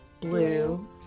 blue